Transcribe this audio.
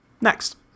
Next